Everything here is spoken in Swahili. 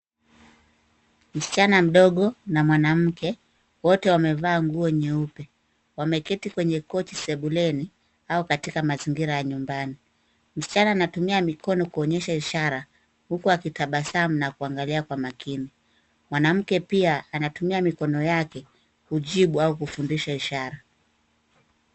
Msichana mdogo na mwanamke, wote wamevaa nguo nyeupe. Wameketi kwenye kochi sebuleni au katika mazingira ya nyumbani. Mwanamke pia anatumia mikono yake kujibu au kufundisha ishara.